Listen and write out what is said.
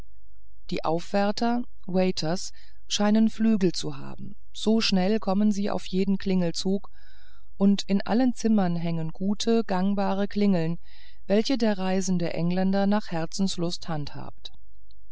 die aufwärter waiters scheinen flügel zu haben so schnell kommen sie auf jeden klingelzug und in allen zimmern hängen gute gangbare klingeln welche der reisende engländer nach herzenslust handhabt